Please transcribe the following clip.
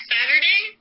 Saturday